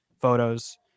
photos